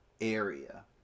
area